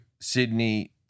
Sydney